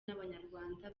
n’abanyarwanda